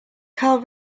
carl